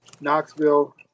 Knoxville